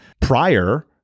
prior